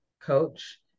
coach